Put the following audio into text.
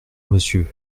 monsieur